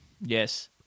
Yes